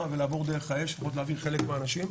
ולעבור דרך האש לפחות להעביר חלק מהאנשים,